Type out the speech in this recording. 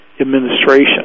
administration